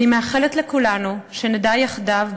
אני מאחלת לכולנו שנדע יחדיו,